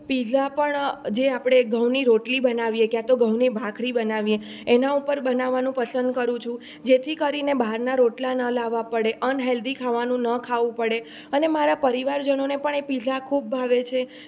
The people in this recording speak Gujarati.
પીઝા પણ જે આપણે ઘઉંની રોટલી બનાવીએ ક્યાં તો ઘઉંની ભાખરી બનાવીએ એના ઉપર બનાવવાનું પસંદ કરું છું જેથી કરીને બહારના રોટલા ન લાવવા પડે અનહેલ્ધી ખાવાનું ન ખાવું પડે અને મારા પરિવારજનોને પણ એ પીઝા ખૂબ ભાવે છે